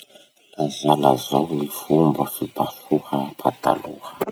Lazalazao ny fomba fipasoha pataloha.